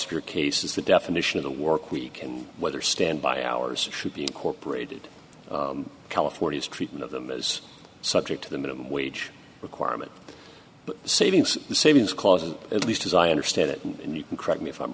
of your case is the definition of the work week and whether stand by ours should be incorporated california's treatment of them is subject to the minimum wage requirement savings the savings cause at least as i understand it and you can credit me if i'm